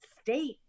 state